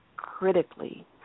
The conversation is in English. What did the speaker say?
critically